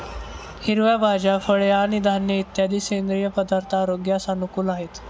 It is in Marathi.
हिरव्या भाज्या, फळे आणि धान्य इत्यादी सेंद्रिय पदार्थ आरोग्यास अनुकूल आहेत